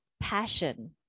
passion